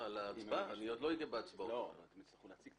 הם יצטרכו להציג את